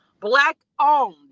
Black-owned